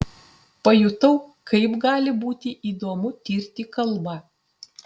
pajutau kaip gali būti įdomu tirti kalbą